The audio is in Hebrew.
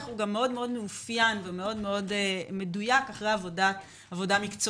הוא גם מאוד מאופיין ומאוד מדויק אחרי עבודה מקצועית.